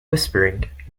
whispering